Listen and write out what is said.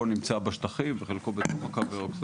נמצא בשטחים וחלקו בתוך הקו ירוק,